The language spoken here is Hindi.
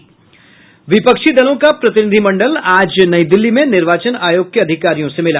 विपक्षी दलों का प्रतिनिधिमंडल आज नई दिल्ली में निर्वाचन आयोग के अधिकारियों से मिला